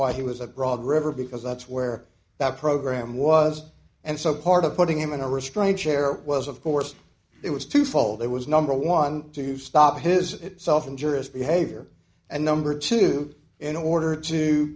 why he was a broad river because that's where that program was and so part of putting him in a restraint chair was of course it was twofold it was number one to stop his itself injurious behavior and number two in order to